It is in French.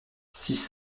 six